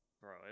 bro